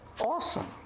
awesome